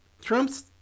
trump's